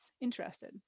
interested